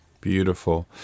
Beautiful